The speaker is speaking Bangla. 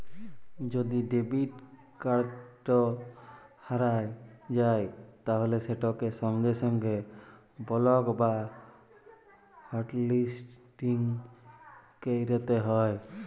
যদি ডেবিট কাড়ট হারাঁয় যায় তাইলে সেটকে সঙ্গে সঙ্গে বলক বা হটলিসটিং ক্যইরতে হ্যয়